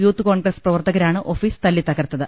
youth Congress പ്രവർത്തകരാണ് office തല്ലിത്തകർത്തത്